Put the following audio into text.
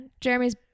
jeremy's